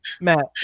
Matt